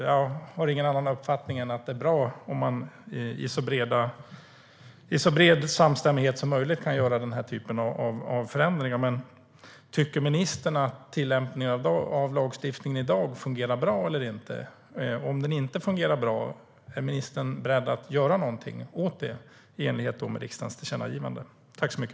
Jag har ingen annan uppfattning än att det är bra att i så bred samstämmighet som möjligt göra den här typen av förändringar. Låt mig ställa min första fråga till ministern igen. Tycker ministern att tillämpningen av lagstiftningen i dag fungerar bra eller inte? Om den inte fungerar bra, är ministern beredd att göra någonting åt det i enlighet med riksdagens tillkännagivande?